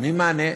נותנים מענה,